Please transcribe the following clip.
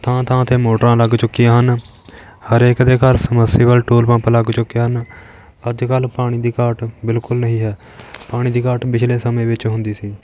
ਥਾਂ ਥਾਂ 'ਤੇ ਮੋਟਰਾਂ ਲੱਗ ਚੁੱਕੀਆਂ ਹਨ ਹਰੇਕ ਦੇ ਘਰ ਸਮਰਸੀਬਲ ਟੂਲ ਪੰਪ ਲੱਗ ਚੁੱਕੇ ਹਨ ਅੱਜ ਕੱਲ੍ਹ ਪਾਣੀ ਦੀ ਘਾਟ ਬਿਲਕੁਲ ਨਹੀਂ ਹੈ ਪਾਣੀ ਦੀ ਘਾਟ ਪਿਛਲੇ ਸਮੇਂ ਵਿੱਚ ਹੁੰਦੀ ਸੀ